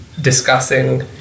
discussing